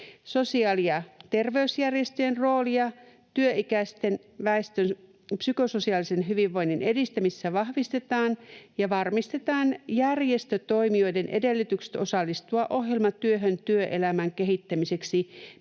Sosiaali- ja terveysjärjestöjen roolia työikäisten väestön psykososiaalisen hyvinvoinnin edistämisessä vahvistetaan, ja varmistetaan järjestötoimijoiden edellytykset osallistua ohjelmatyöhön työelämän kehittämiseksi